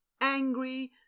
angry